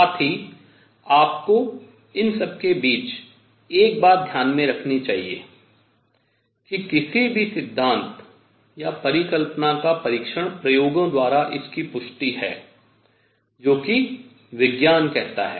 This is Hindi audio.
साथ ही आपको इन सबके बीच एक बात ध्यान में रखनी चाहिए कि किसी भी सिद्धांत या परिकल्पना का परीक्षण प्रयोगों द्वारा इसकी पुष्टि है जो कि विज्ञान कहता है